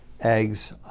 eggs